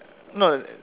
no